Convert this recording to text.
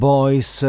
Boys